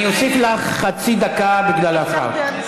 אני אוסיף לך חצי דקה בגלל ההפרעה.